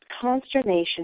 consternation